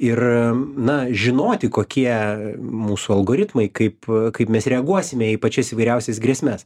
ir na žinoti kokie mūsų algoritmai kaip kaip mes reaguosime į pačias įvairiausias grėsmes